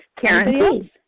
Karen